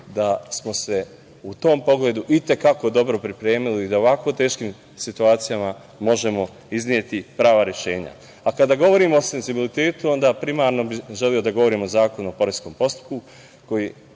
da smo se u tom pogledu i te kako dobro pripremili da u ovako teškim situacijama možemo izneti prava rešenja. Kada govorimo o senzibilitetu, onda primarno bih želeo da govorim o Zakonu o poreskom postupku koji